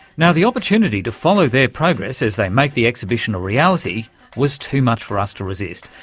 now, the opportunity to follow their progress as they make the exhibition a reality was too much for us to resist,